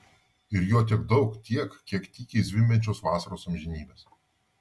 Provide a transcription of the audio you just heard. ir jo tiek daug tiek kiek tykiai zvimbiančios vasaros amžinybės